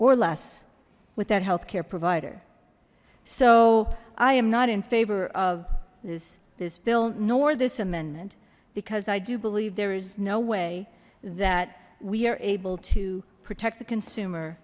or less with that healthcare provider so i am not in favor of this this bill nor this amendment because i do believe there is no way that we are able to protect the